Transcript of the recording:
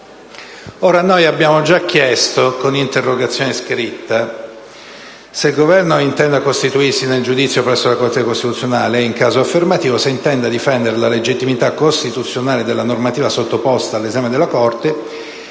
Abbiamo già chiesto, con un'interrogazione scritta, se il Governo intenda costituirsi parte nel giudizio presso la Corte costituzionale e, in caso affermativo, se intenda difendere la legittimità costituzionale della normativa sottoposta all'esame della Corte